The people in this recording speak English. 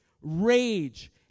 rage